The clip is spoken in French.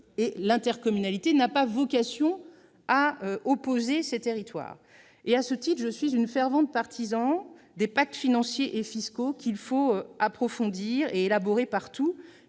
L'intercommunalité n'a pas vocation à opposer ces territoires. À cet égard, je suis une fervente partisane des pactes financiers et fiscaux qu'il faut élaborer et approfondir partout,